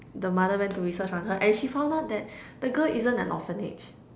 the mother went to research on her and she found out that the girl isn't an orphanage